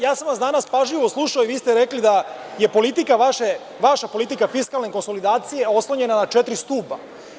Ja sam vas danas pažljivo slušao i vi ste rekli da je vaša politika fiskalne konsolidacije oslonjena na četiri stuba.